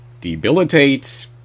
debilitate